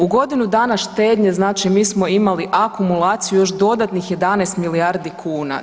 U godinu dana štednje znači mi smo imali akumulaciju još dodatnih 11 milijardi kuna.